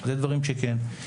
- אלו דברים שכן.